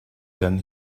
then